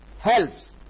helps